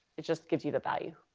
it just gives you the value,